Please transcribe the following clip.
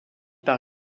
par